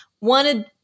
wanted